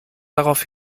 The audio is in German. darauf